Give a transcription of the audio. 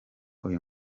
uyu